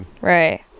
Right